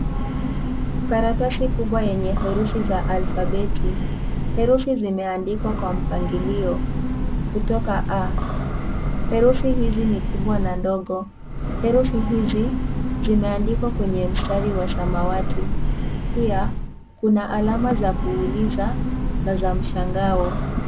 Karatasi kubwa yenye herufi za alfabeti. Herufi zimeandikwa kwa mpangilio kutoka a. Herufi hizi ni kubwa na ndogo. Herufi hizi, zimeandikwa kwenye mstari wa samawati. Pia, kuna alama za kuuliza na za mshangao.